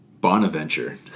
Bonaventure